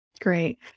Great